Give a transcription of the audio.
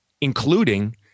including